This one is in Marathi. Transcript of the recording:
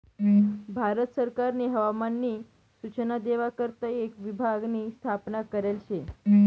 भारत सरकारनी हवामान नी सूचना देवा करता एक विभाग नी स्थापना करेल शे